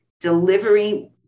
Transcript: delivery